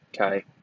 Okay